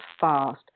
fast